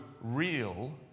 real